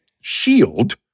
shield